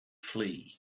flee